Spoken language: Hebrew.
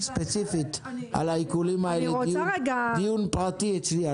ספציפית על העיקולים האלה דיון פרטי אצלי.